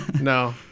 no